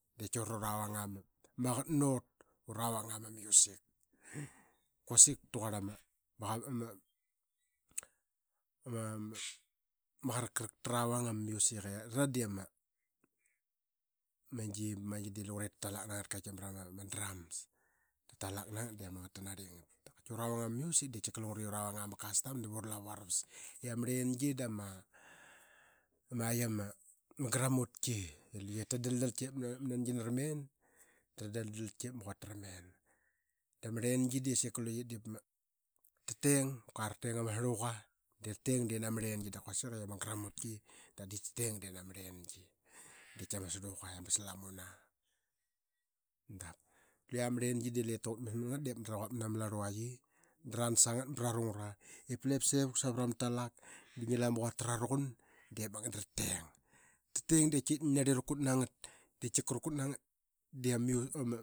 I uru ravang aa ma qaqat nut. Uravang aa ma music i quasik taqurl ama mia qarakarakta ravang ama music era de ra di amagi ba magi. Dii lungre ta talak nangat kati marama drums. Talak nangat de ama qaqat tanarli. dap kati uru ravang ama music de qati ura vanga ma custom navura lavu aravas. I ama arlengi da ma qi ma gramutki i luqe ta daldalki ip ma nangina ra men, dara dalolalki ip ma quata ramen. Dap ma rlengi de sika luqe ta teng, kua ra teng ama sarluga. De ra teng de nama arlengi quasiki i ama gramutki dip ta teng de nama arlengi diip lep ta gutmas matki diip magat da ra quap manama larluaqi dransa ngat ba raru ngara ip lep sevup savra ma talak da ngi lu ama quata i ra rugan. Magat dara teng, ta teng di qati ngi narli ra kut ngat de tika ra kut nangat de ama music aa.